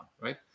right